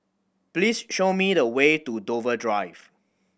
please show me the way to Dover Drive